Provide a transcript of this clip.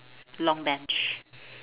long bench